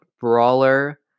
Brawler